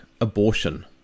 abortion